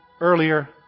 earlier